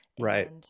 Right